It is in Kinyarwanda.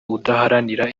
udaharanira